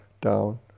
down